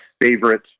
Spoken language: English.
favorite